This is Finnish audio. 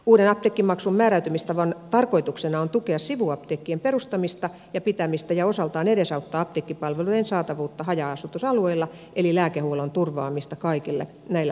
uuden apteekkimaksun määräytymistavan tarkoituksena on tukea sivuapteekkien perustamista ja pitämistä ja osaltaan edesauttaa apteekkipalvelujen saatavuutta haja asutusalueilla eli lääkehuollon turvaamista kaikille näillä seuduilla